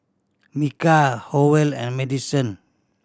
Micah Howell and Maddison